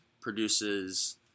produces